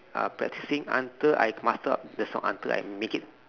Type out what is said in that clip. uh practicing until I master up the song until I make it